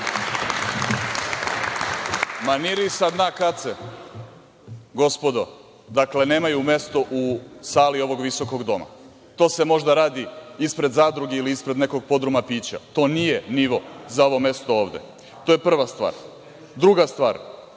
Maniri sa dna kace, gospodo, nemaju mesto u sali ovog visokog doma. To se možda radi ispred zadruge ili ispred nekog podruma pića, to nije nivo za ovo mesto ovde, to je prva stvar. Druga stvar,